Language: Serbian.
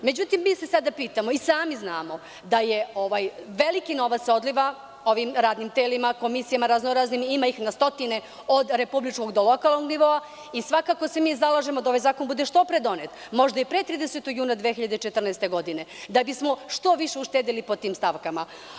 Međutim, mi se sada pitamo i sami znamo da je veliki novac odliva ovim radnim telima, komisijama, raznoraznim, ima ih na stotine od republičkog do lokalnog nivoa, i svakako se mi zalažemo da ovaj zakon bude što pre donet, možda i pre 30. juna 2014. godine, da bismo što više uštedeli po tim stavkama.